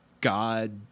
God